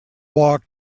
walk